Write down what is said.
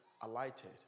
alighted